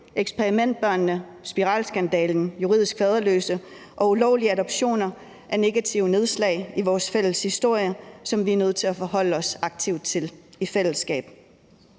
Eksperimentbørnene, spiralskandalen, juridisk faderløse og ulovlige adoptioner er negative nedslag i vores fælles historie, som vi er nødt til at forholde os aktivt til – i fællesskab.